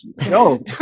no